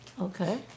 Okay